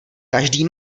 každý